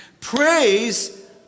Praise